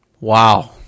Wow